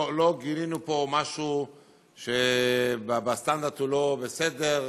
לא גילינו פה משהו שבסטנדרט הוא לא בסדר.